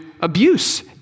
abuse